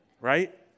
Right